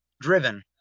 Driven